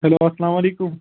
hello اَسلام علیکُم